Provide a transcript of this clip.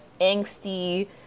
angsty